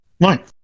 Right